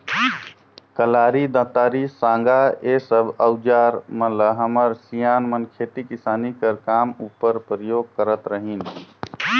कलारी, दँतारी, साँगा ए सब अउजार मन ल हमर सियान मन खेती किसानी कर काम उपर परियोग करत रहिन